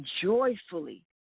joyfully